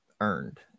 earned